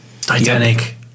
Titanic